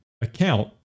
account